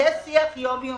יש שיח יום יומי.